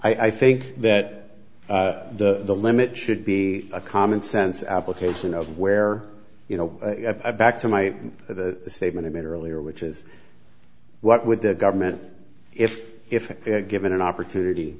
stop i think that the limit should be a commonsense application of where you know back to my statement i made earlier which is what would the government if if given an opportunity